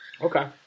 Okay